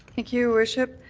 like your worship.